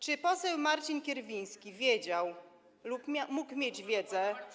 czy poseł Marcin Kierwiński wiedział lub mógł mieć wiedzę.